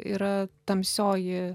yra tamsioji